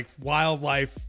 wildlife